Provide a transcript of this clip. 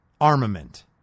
armament